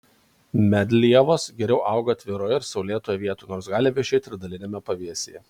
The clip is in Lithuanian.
medlievos geriau auga atviroje ir saulėtoje vietoje nors gali vešėti ir daliniame pavėsyje